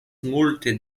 multe